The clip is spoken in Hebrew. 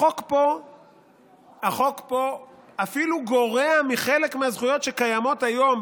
החוק פה אפילו גורע מחלק מהזכויות שקיימות היום,